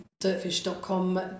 Dirtfish.com